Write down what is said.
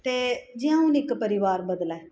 ते जि'यां हून इक परिवार बदलै